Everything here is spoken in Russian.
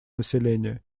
населения